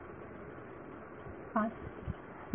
विद्यार्थी 5